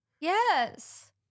yes